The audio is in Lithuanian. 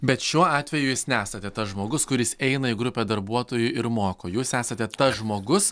bet šiuo atveju jūs nesate tas žmogus kuris eina į grupę darbuotojų ir moko jūs esate tas žmogus